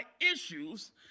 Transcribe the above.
issues